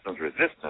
resistance